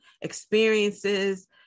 experiences